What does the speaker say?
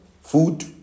food